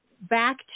back